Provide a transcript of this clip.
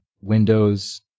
windows